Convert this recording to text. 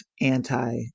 anti